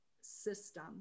system